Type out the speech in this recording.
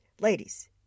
Ladies